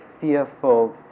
fearful